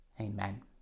Amen